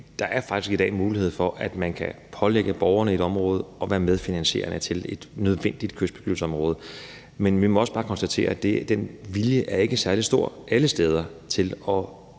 der i dag faktisk mulighed for, at man kan pålægge borgerne i et område at være medfinansierende til et nødvendigt kystbebyggelsesområde. Men vi må også bare konstatere, at viljen til at sørge for, at